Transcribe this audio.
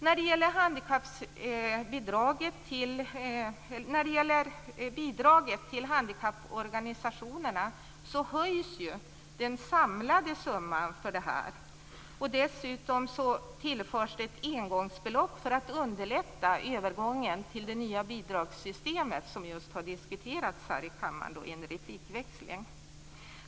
När det gäller bidraget till handikapporganisationerna höjs den samlade summan för detta. Dessutom tillförs ett engångsbelopp för att underlätta övergången till det nya bidragssystem som just har diskuterats här i kammaren i en replikväxling.